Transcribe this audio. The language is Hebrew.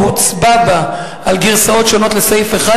נתקבלה הסתייגות בקריאה השנייה או הוצבע בה על גרסאות שונות לסעיף אחד,